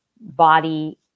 body